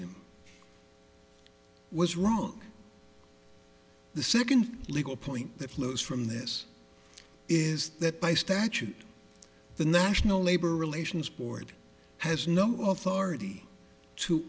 him was wrong the second legal point that flows from this is that by statute the national labor relations board has no authority to